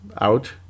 out